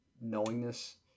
knowingness